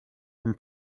from